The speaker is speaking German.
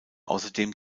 außerdem